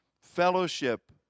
fellowship